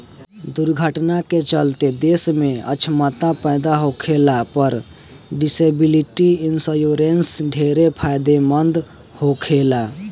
दुर्घटना के चलते देह में अछमता पैदा होखला पर डिसेबिलिटी इंश्योरेंस ढेरे फायदेमंद होखेला